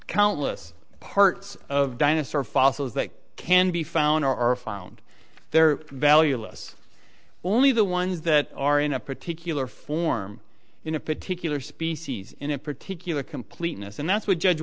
countless parts of dinosaur fossils that can be found or are found there valueless only the ones that are in a particular form in a particular species in a particular completeness and that's what judge